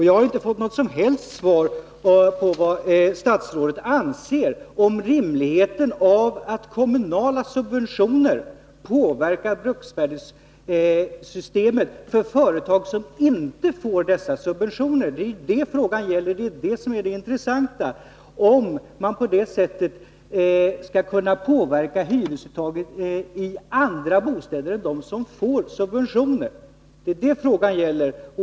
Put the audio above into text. Jag har inte fått något som helst svar på vad statsrådet anser om rimligheten av att kommunala subventioner påverkar bruksvärdessystemet för företag som inte får dessa subventioner. Det intressanta är om man på det sättet skall kunna påverka hyresuttaget i andra bostäder än de som får subventioner. Det är detta frågan gäller.